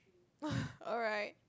alright